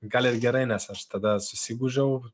gal ir gerai nes aš tada susigūžiau